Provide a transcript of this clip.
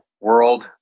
world